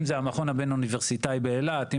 אם זה המכון הבין-אוניברסיטאי באילת,